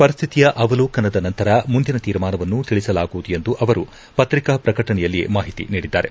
ಪರಿಶ್ಠಿತಿಯ ಅವಲೋಕನ ನಂತರ ಮುಂದಿನ ಶೀರ್ಮಾನವನ್ನು ತಿಳಿಸಲಾಗುವುದು ಎಂದು ಅವರು ಪತ್ರಿಕಾ ಪ್ರಕಟಣೆಯಲ್ಲಿ ಮಾಹಿತಿ ನೀಡಿದ್ದಾರೆ